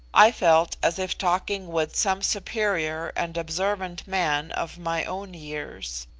i felt as if talking with some superior and observant man of my own years.